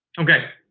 okay.